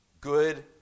good